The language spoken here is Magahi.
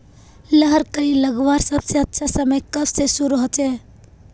लहर कली लगवार सबसे अच्छा समय कब से शुरू होचए?